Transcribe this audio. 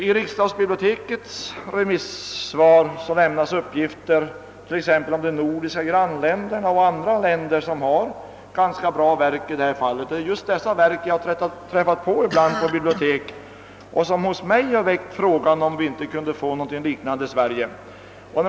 I remissvaret från styrelsen för riksdagsbiblioteket lämnas uppgifter om t.ex. de nordiska grannländerna och andra länder som har ganska bra verk i detta avseende. Just dessa verk, som jag ibland träffat på när jag besökt bibliotek, har hos mig väckt tanken huruvida vi inte kunde få någonting liknande i Sverige.